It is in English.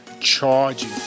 charging